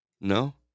No